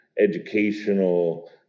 educational